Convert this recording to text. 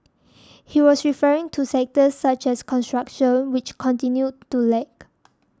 he was referring to sectors such as construction which continued to lag